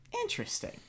Interesting